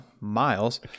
Miles